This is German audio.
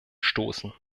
stoßen